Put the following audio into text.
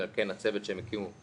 ולכן הצוות שהם הקימו,